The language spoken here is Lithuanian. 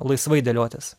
laisvai dėliotis